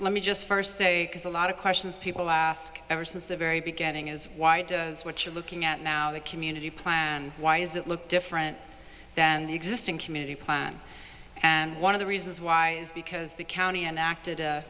let me just first say because a lot of questions people ask ever since the very beginning is why does what you're looking at now a community plan why is that look different than the existing community plan and one of the reasons why is because the county enacted a